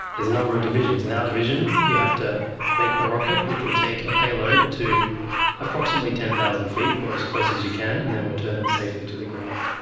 a number of divisions. in our division you have to make a rocket which will take a payload to approximately ten thousand feet or as close as you can and then return it safely to the ground.